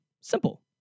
Simple